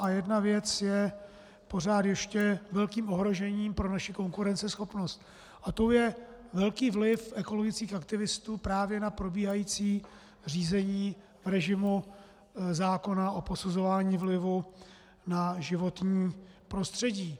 A jedna věc je pořád ještě velkým ohrožením pro naši konkurenceschopnost a tou je velký vliv ekologických aktivistů právě na probíhající řízení režimu zákona o posuzování vlivů na životní prostředí.